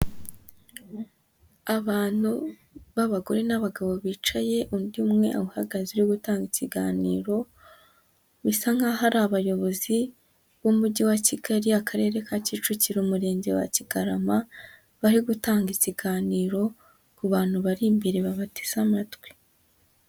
Abantu b'abagore n'abagabo bicaye undi umwe uhagaze uri gutanga ikiganiro, bisa nk'aho ari abayobozi b'umujyi wa Kigali, akarere ka Kicukiro, umurenge wa Kigarama, bari gutanga ikiganiro ku bantu bari imbere babateze amatwi.